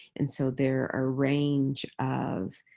and so there are a range of